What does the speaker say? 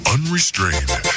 Unrestrained